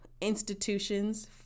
institutions